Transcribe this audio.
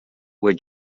were